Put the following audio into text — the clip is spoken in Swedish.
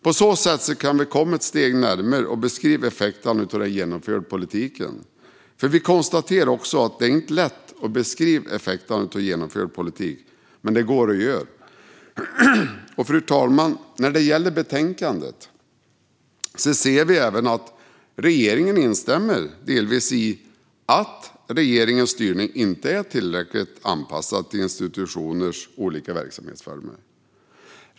På så sätt kan vi komma ett steg närmare att beskriva effekterna av den genomförda politiken, för vi konstaterade också att det inte är lätt att beskriva effekter av genomförd politik - men det går att göra. Fru talman! När det gäller betänkandet ser vi även att regeringen delvis instämmer i att regeringens styrning inte är tillräckligt anpassad till institutionernas olika verksamhetsformer.